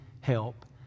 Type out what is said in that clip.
help